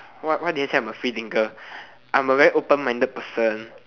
what why did I say I'm a free thinker I'm a very open minded person